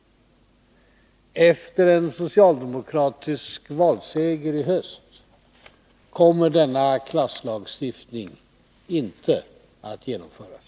Efter en socialdemokratisk valseger i höst kommer denna klasslagstiftning inte att genomföras.